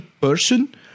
person